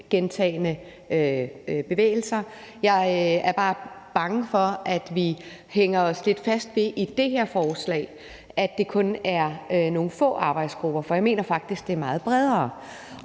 gentagne bevægelser. Jeg er bare bange for, at vi i det her forslag hænger lidt fast i, at det kun er nogle få faggrupper, for jeg mener faktisk, det er meget bredere.